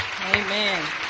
Amen